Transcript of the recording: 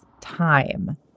time